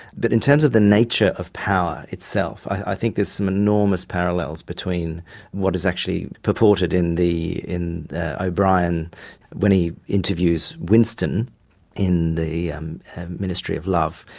but in terms of the nature of power itself, i think there's some enormous parallels between what is actually purported in the the, o'brian when he interviews winston in the um ministry of love,